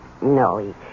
No